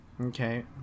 Okay